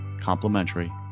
complimentary